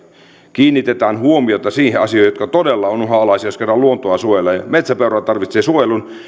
kiinnitetään huomiota niihin asioihin jotka todella ovat uhanalaisia jos kerran luontoa suojellaan metsäpeura tarvitsee suojelun